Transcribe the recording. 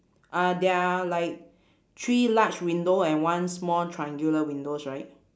uh they're like three large window and one small triangular windows right